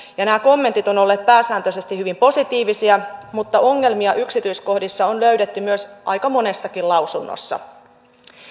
nämä kommentit ovat olleet pääsääntöisesti hyvin positiivisia mutta ongelmia yksityiskohdissa on löydetty myös aika monessakin lausunnossa